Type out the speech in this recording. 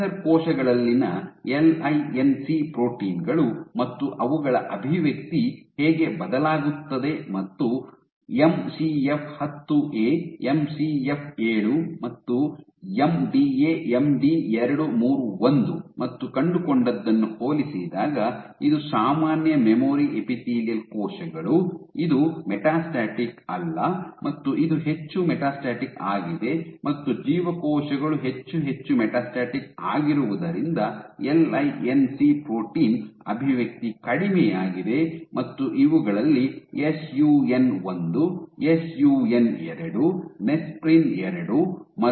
cancer ಕೋಶಗಳಲ್ಲಿನ L I N C protein ಗಳು ಮತ್ತು ಅವುಗಳ ಅಭಿವ್ಯಕ್ತಿ ಹೇಗೆ ಬದಲಾಗುತ್ತದೆ ಮತ್ತು ಎಂಸಿಎಫ್ 10ಎ ಎಂಸಿಎಫ್ 7 ಮತ್ತು M D A M D 231 ಮತ್ತು ಕಂಡುಕೊಂಡದ್ದನ್ನು ಹೋಲಿಸಿದಾಗ ಇದು ಸಾಮಾನ್ಯ ಮೆಮೊರಿ ಎಪಿಥೇಲಿಯಲ್ ಕೋಶಗಳು ಇದು ಮೆಟಾಸ್ಟಾಟಿಕ್ ಅಲ್ಲ ಮತ್ತು ಇದು ಹೆಚ್ಚು ಮೆಟಾಸ್ಟಾಟಿಕ್ ಆಗಿದೆ ಮತ್ತು ಜೀವಕೋಶಗಳು ಹೆಚ್ಚು ಹೆಚ್ಚು ಮೆಟಾಸ್ಟಾಟಿಕ್ ಆಗಿರುವುದರಿಂದ L I N C protein ಅಭಿವ್ಯಕ್ತಿ ಕಡಿಮೆಯಾಗಿದೆ ಮತ್ತು ಇವುಗಳಲ್ಲಿ S U N 1 S U N 2 nesprin 2 ಮತ್ತು lamin A C lamin AC